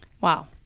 Wow